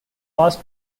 past